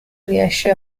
riesce